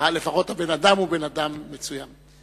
שלפחות האדם הוא בן-אדם מצוין.